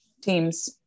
teams